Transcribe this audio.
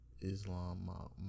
Islam